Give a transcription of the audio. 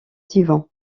divan